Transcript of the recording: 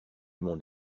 monde